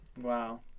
wow